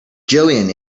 jillian